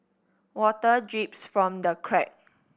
water drips from the crack